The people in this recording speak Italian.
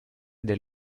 del